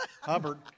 Hubbard